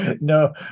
no